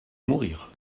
mourir